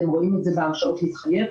אתם רואים את זה בהרשאות להתחייב,